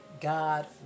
God